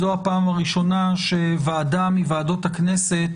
זו הפעם הראשונה שוועדה מוועדות הכנסת